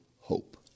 hope